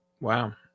Wow